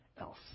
else